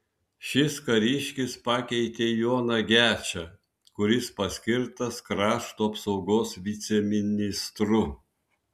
šis kariškis pakeitė joną gečą kuris paskirtas krašto apsaugos viceministru